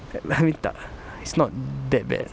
I mean tak it's not that bad